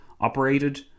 operated